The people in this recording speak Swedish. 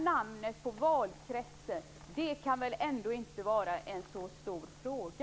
Namnet på valkretsen kan väl ändå inte vara en så stor fråga?